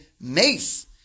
mace